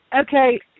Okay